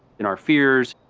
in our fears,